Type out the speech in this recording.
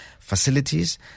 facilities